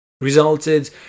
resulted